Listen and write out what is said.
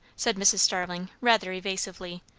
said mrs. starling rather evasively,